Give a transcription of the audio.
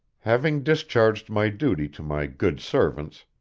having discharged my duty to my good servants,